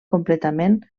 completament